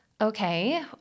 Okay